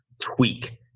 tweak